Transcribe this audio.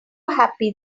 happy